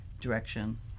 direction